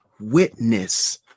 witness